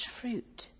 fruit